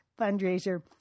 fundraiser